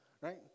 right